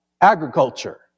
agriculture